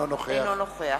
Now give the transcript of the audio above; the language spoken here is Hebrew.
אינו נוכח